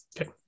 Okay